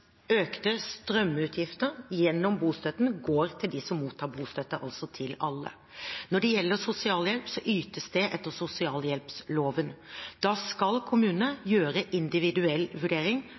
økte strømutgifter gjennom bostøtten går til alle dem som mottar bostøtte. Når det gjelder sosialhjelp, ytes det etter sosialtjenesteloven. Da skal kommunene gjøre individuell vurdering